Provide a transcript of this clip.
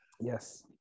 Yes